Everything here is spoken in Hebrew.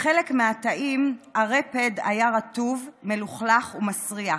בחלק מהתאים הרפד היה רטוב, מלוכלך ומסריח.